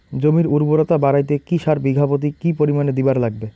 জমির উর্বরতা বাড়াইতে কি সার বিঘা প্রতি কি পরিমাণে দিবার লাগবে?